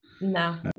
no